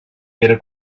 pere